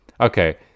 okay